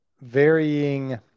varying